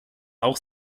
auch